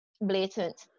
blatant